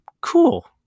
cool